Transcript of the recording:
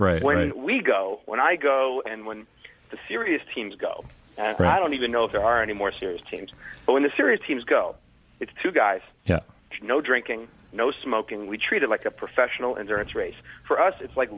right when we go when i go and when the serious teams go i don't even know if there are any more serious teams when the serious teams go it's two guys no drinking no smoking we treat it like a professional endurance race for us it's like